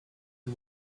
and